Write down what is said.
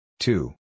Two